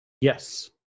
Yes